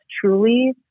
truly